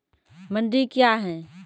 मंडी क्या हैं?